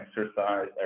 exercise